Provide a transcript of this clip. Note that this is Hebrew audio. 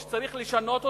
שצריך לשנות אותו,